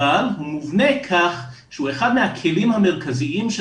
אבל הוא מובנה כך שהוא אחד מהכלים המרכזיים של